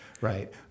Right